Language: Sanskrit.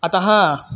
अतः